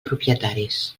propietaris